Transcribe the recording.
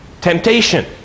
Temptation